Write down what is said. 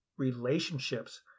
relationships